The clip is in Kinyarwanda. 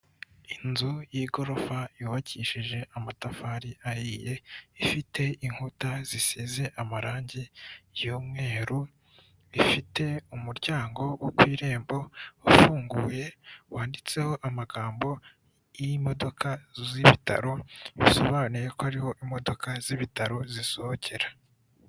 Inzu y'igorofa yubakishije amatafari ahiye, ifite inkuta zisize amarangi y'umweru, ifite umuryango wo ku irembo wafunguye wanditseho amagambo y'imodoka z'ibitaro bisobanuye ko ariho imodoka z'ibitaro zisohokera.